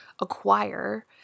acquire